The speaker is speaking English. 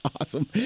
awesome